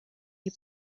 you